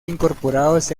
incorporados